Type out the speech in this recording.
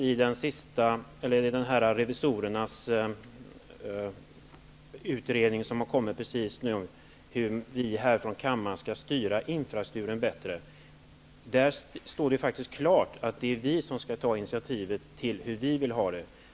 I revisorernas utredning, som har kommit precis nu, om hur vi härifrån kammaren bättre skall styra infrastrukturen står det faktiskt klart att det är vi som skall ta initiativet till hur vi vill ha det.